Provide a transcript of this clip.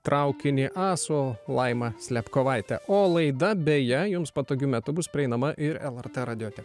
traukinį a su laima slepkovaite o laida beje jums patogiu metu bus prieinama ir lrt radiote